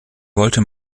wollte